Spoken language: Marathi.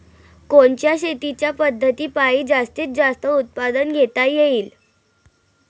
कोनच्या शेतीच्या पद्धतीपायी जास्तीत जास्त उत्पादन घेता येईल?